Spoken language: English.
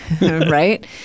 right